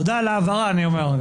תודה רבה על ההבהרה, אני אומר.